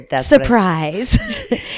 surprise